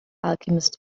alchemist